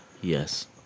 Yes